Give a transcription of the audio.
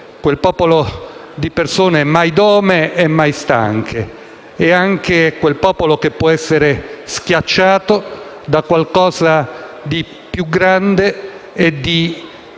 quel popolo di persone mai dome e mai stanche, quel popolo che può essere schiacciato da qualcosa di più grande che lo sovrasta.